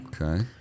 Okay